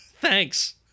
Thanks